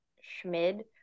Schmid